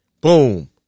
boom